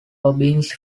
robbins